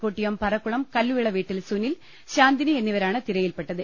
കൊട്ടിയം പറക്കുളം കല്ലുവിളവീട്ടിൽ സുനിൽ ശാന്തിനി എന്നിവരാണ് തിരയിൽപെട്ടത്